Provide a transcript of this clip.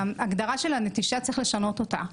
ההגדרה של הנטישה צריך לשנות אותה,